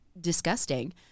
disgusting